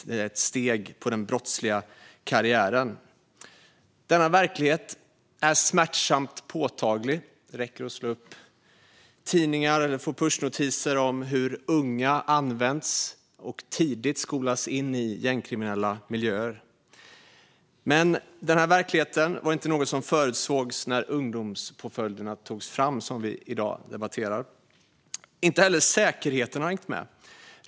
Det är ett steg i den brottsliga karriären. Denna verklighet är smärtsamt påtaglig. Det räcker att slå upp tidningar eller få pushnotiser om hur unga används och tidigt skolas in i gängkriminella miljöer. Men denna verklighet var inte något som förutsågs när ungdomspåföljderna, som vi i dag debatterar, togs fram. Inte heller säkerheten har hängt med.